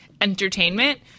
entertainment